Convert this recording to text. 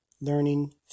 learning